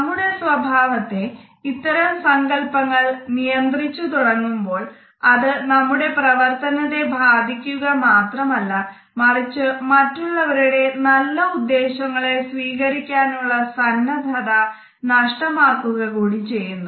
നമ്മുടെ സ്വഭാവത്തെ ഇത്തരം സങ്കല്പങ്ങൾ നിയന്ത്രിച്ച് തുടങ്ങുമ്പോൾ അത് നമ്മുടെ പ്രവർത്തനത്തെ ബാധിക്കുക മാത്രമല്ല മറിച്ച് മറ്റുള്ളവരുടെ നല്ല ഉദ്ദേശങ്ങളെ സ്വീകരിക്കാനുള്ള സന്നദ്ധത നഷ്ടമാക്കുകകൂടി ചെയ്യുന്നു